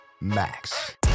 Max